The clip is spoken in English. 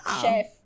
chef